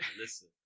Listen